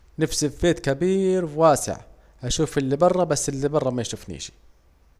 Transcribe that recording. نفسي في بيت كبيير وواسع، أشوف الي بره بس الي بره ميشوفنيشي